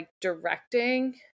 directing